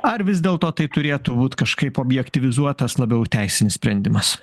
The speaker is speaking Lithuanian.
ar vis dėlto tai turėtų būt kažkaip objektyvizuotas labiau teisinis sprendimas